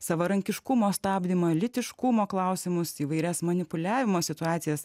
savarankiškumo stabdymą lytiškumo klausimus įvairias manipuliavimo situacijas